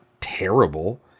terrible